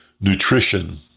nutrition